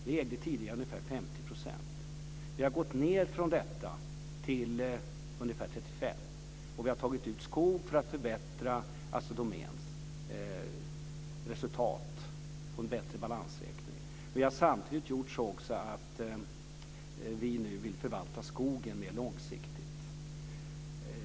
Vi ägde tidigare ungefär 50 %. Vi har gått ned från detta till ungefär 35 %, och vi har tagit ut skog för att förbättra Assi Domäns resultat och få en bättre balansräkning. Vi vill samtidigt nu förvalta skogen mer långsiktigt.